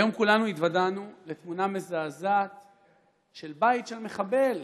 היום כולנו התוודענו לתמונה מזעזעת של בית של מחבל